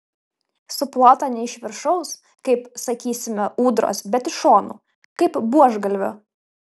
suplota ne iš viršaus kaip sakysime ūdros bet iš šonų kaip buožgalvio